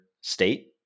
state